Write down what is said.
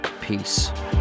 Peace